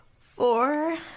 four